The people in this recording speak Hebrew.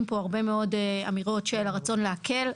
פה הרבה מאוד אמירות של הרצון להקל,